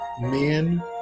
men